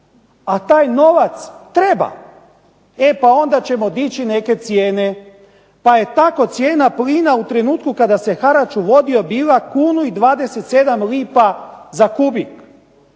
a taj novac treba. E pa onda ćemo dići neke cijene. Pa je tako cijena plina u trenutku kada se harač uvodio bila kunu i 27 lipa za kubik.